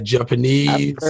Japanese